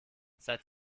seit